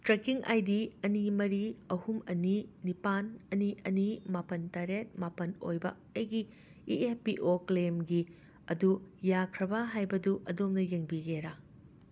trekking I D ꯑꯅꯤ ꯃꯔꯤ ꯑꯍꯨꯝ ꯑꯅꯤ ꯅꯤꯄꯥꯟ ꯑꯅꯤ ꯑꯅꯤ ꯃꯥꯄꯟ ꯇꯔꯦꯠ ꯃꯥꯄꯟ ꯑꯣꯏꯕ ꯑꯩꯒꯤ ꯏ ꯑꯦꯐ ꯄꯤ ꯑꯣ ꯀ꯭ꯂꯦꯝꯒꯤ ꯑꯗꯨ ꯌꯥꯈ꯭ꯔꯕ ꯍꯥꯏꯕꯗꯨ ꯑꯗꯣꯝꯅ ꯌꯦꯡꯕꯤꯒꯦꯔꯥ